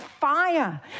fire